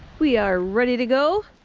we are ready to go.